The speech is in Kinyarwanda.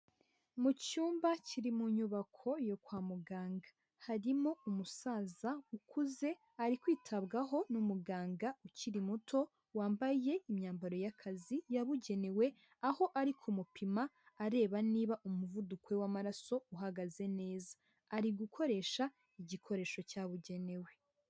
Mu cyumba kiri mu nyubako yo kwa muganga harimo umusaza ukuze, ari kwitabwaho n'umuganga ukiri muto wambaye imyambaro y'akazi yabugenewe, aho ari kumupima areba niba umuvuduko we w'amaraso uhagaze neza. Ari gukoresha igikoresho cyabugenewe.